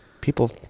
people